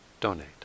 donate